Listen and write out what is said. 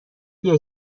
بیای